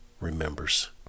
remembers